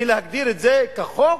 ולהגדיר את זה כחוק,